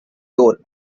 door